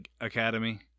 Academy